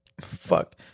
fuck